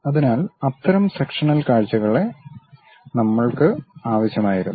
അതിനാൽ അത്തരം സെക്ഷനൽ കാഴ്ചകൾ നമ്മൾക്ക് ആവശ്യമായിരുന്നു